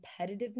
competitiveness